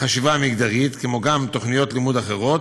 חשיבה מגדרית, וכן תוכניות לימוד אחרות,